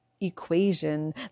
Equation